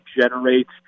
generates